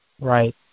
Right